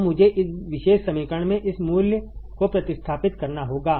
तो मुझे इस विशेष समीकरण में इस मूल्य को प्रतिस्थापित करना होगा